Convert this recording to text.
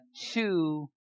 two